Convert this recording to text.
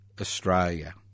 Australia